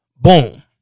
Boom